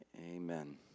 Amen